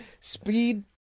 speed